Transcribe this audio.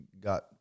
got